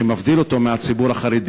שמה שמבדיל אותו מהציבור החרדי